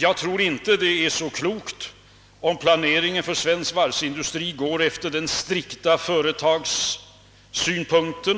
Jag tror inte att det är så klokt att planeringen för svensk varvsindustri sker strikt ur det egna företagets synpunkt.